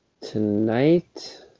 tonight